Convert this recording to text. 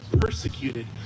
persecuted